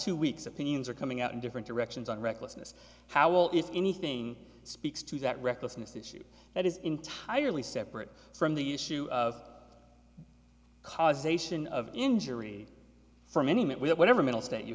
two weeks opinions are coming out in different directions on recklessness how will if anything speaks to that recklessness issue that is entirely separate from the issue of causation of injury for many many whatever mental